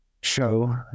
show